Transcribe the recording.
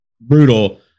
brutal